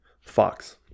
fox